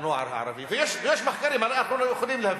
הנוער הערבי, ויש מחקרים, אנחנו יכולים להביא.